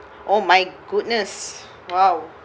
oh my goodness !wow!